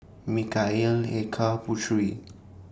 Mikhail Eka Putri